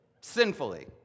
sinfully